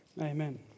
Amen